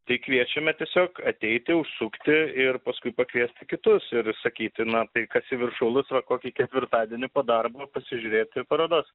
tai kviečiame tiesiog ateiti užsukti ir paskui pakviesti kitus ir sakytina tai kas į viršulus va kokį ketvirtadienį po darbo pasižiūrėti parodos